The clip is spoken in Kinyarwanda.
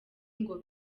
ngo